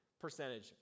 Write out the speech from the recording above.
percentage